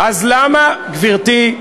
גברתי,